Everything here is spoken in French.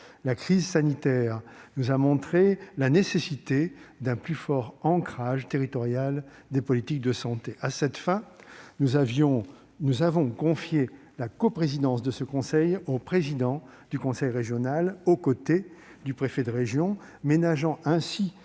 La crise sanitaire nous a montré la nécessité d'un plus fort ancrage territorial des politiques de santé. À cette fin, nous avons confié la coprésidence de ce conseil au président du conseil régional, aux côtés du préfet de région, ménageant ainsi